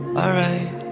alright